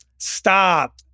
Stop